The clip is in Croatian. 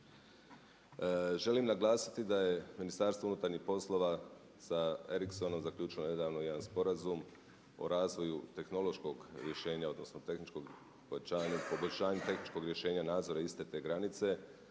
Želim naglasiti da je MUP sa Ericssonom zaključilo nedavno jedan sporazum o razvoju tehnološkog rješenja, odnosno tehničkog pojačanja, poboljšanja tehničkog rješenja nadzora iste te granice